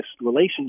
relationship